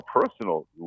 personal